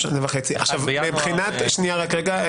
שנה וחצי, עכשיו מבחינת, שנייה רק רגע,